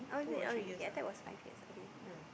oh is it okay I thought it was five years okay yeah